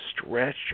stretch